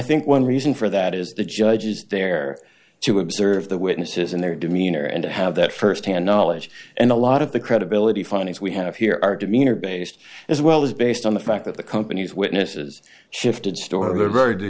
think one reason for that is the judge is there to observe the witnesses and their demeanor and have that firsthand knowledge and a lot of the credibility findings we have here are demeanor based as well as based on the fact that the company's witnesses shifted stor